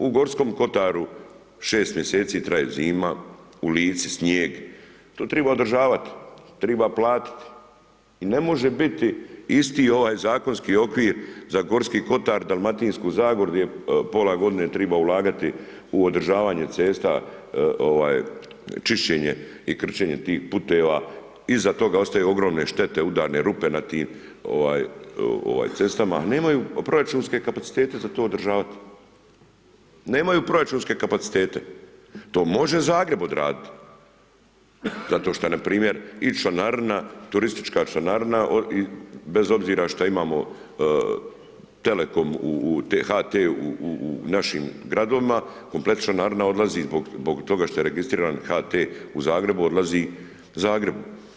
U Gorskom kotaru 6 mjeseci traje zima, u Lici snijeg, to triba održavat, to triba platiti i ne može biti isti ovaj zakonski okvir za Gorski kotar, Dalmatinsku Zagoru di pola godine triba ulagati u održavanje cesta, čišćenje i krčenje tih puteva, iza toga ostaju ogromne štete, udarne rupe na tim cestama, nemaju proračunske kapacitete za to održavat, nemaju proračunske kapacitete, to može Zagreb odradit zato što npr. i članarina, turistička članarina, bez obzira što imamo telekom, HT u našim gradovima, kompletna članarina odlazi zbog toga što je registriran HT u Zagrebu, odlazi Zagrebu.